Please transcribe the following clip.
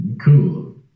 cool